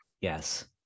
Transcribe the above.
Yes